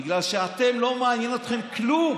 בגלל שאתם, לא מעניין אתכם כלום.